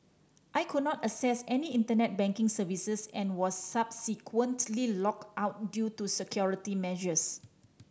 I could not access any Internet banking services and was subsequently locked out due to security measures